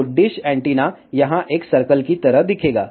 तो dish antenna यहां एक सर्कल की तरह दिखेगा